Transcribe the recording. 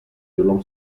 جلوم